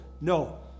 No